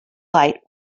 light